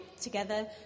together